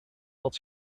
had